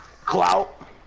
Clout